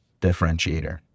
differentiator